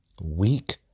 weak